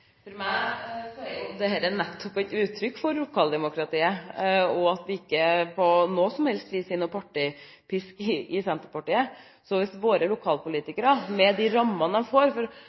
For meg er dette nettopp et uttrykk for lokaldemokratiet, og vi har ikke på noe vis noen partipisk i Senterpartiet. Hvis våre lokalpolitikere, med de rammene de får